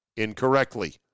incorrectly